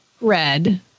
red